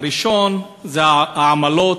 הראשון זה העמלות,